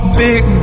big